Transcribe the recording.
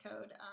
code